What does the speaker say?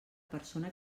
persona